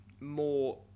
more